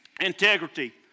Integrity